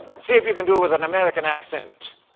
see if you can do it with an american accent.